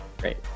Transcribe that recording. Great